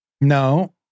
No